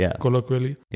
colloquially